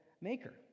maker